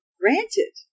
granted